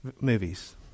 movies